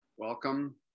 Welcome